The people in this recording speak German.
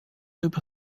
über